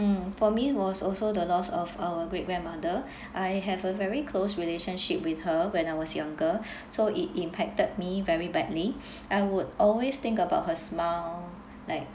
mm for me was also the loss of our great grandmother I have a very close relationship with her when I was younger so it impacted me very badly I would always think about her smile like